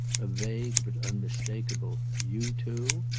a vague but unmistakeable you too?